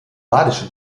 badische